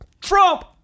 Trump